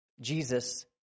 Jesus